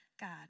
God